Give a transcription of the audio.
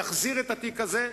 יחזיר את התיק הזה,